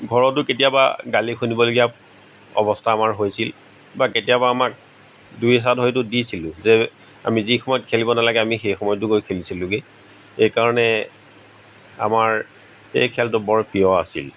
ঘৰতো কেতিয়াবা গালি শুনিবলগীয়া অৱস্থা আমাৰ হৈছিল বা কেতিয়াবা আমাক দুই এচাট হয়তো দিছিলো যে আমি যি সময়ত খেলিব নালাগে আমি সেই সময়তো গৈ খেলিছিলোগৈ এই কাৰণে আমাৰ এই খেলটো বৰ প্ৰিয় আছিল